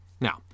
Now